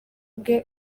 bwe